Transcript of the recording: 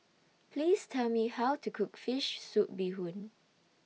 Please Tell Me How to Cook Fish Soup Bee Hoon